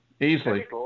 Easily